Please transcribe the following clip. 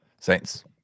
Saints